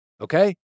Okay